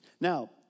Now